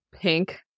pink